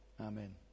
amen